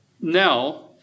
now